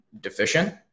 deficient